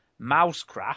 Mousecraft